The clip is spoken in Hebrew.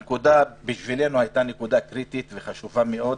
הנקודה בשבילנו הייתה נקודה קריטית וחשובה מאוד,